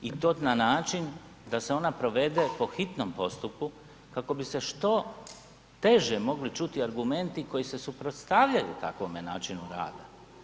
I to na način da se ona provede po hitnom postupku kako bi se što teže mogli čuti argumenti koji se suprotstavljaju takvome načinu rada.